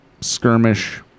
skirmish